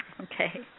Okay